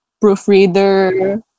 Proofreader